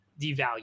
devalue